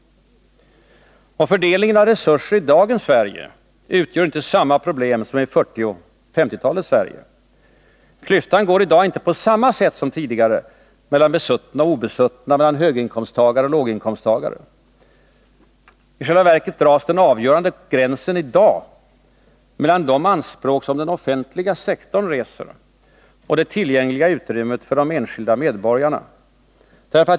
Fördelningen av resurser i dagens Sverige utgör inte samma problem som i 1940 och 1950-talens Sverige. Klyftan går i dag inte på samma sätt som tidigare mellan besuttna och obesuttna, mellan höginkomsttagare och låginkomsttagare. I själva verket dras den avgörande gränsen i dag mellan de anspråk som den offentliga sektorn reser och det tillgängliga utrymmet för de enskilda medborgarna.